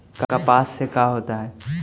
कपास से का होता है?